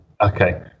okay